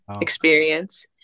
experience